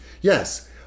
Yes